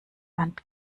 wand